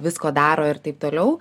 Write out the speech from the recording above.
visko daro ir taip toliau